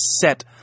set